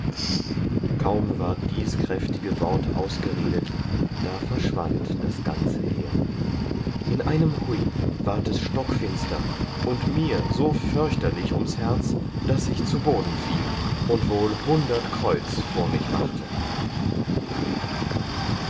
kaum ward dies kräftige wort ausgeredet da verschwand das ganze heer in einem hui ward es stockfinster und mir so förchterlich ums herz daß ich zu boden fiel und wohl hundert kreuz vor mich machte